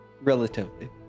relatively